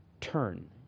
turn